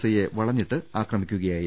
ഐയെ വള ഞ്ഞിട്ട് ആക്രമിക്കുകയായിരുന്നു